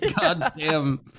goddamn